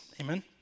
amen